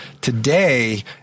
Today